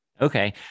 okay